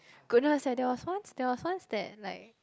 goodness eh there was once there was once that like